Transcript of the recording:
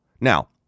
Now